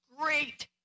great